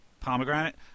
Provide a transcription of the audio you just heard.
Pomegranate